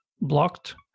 blocked